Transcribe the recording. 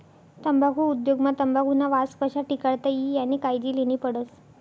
तम्बाखु उद्योग मा तंबाखुना वास कशा टिकाडता ई यानी कायजी लेन्ही पडस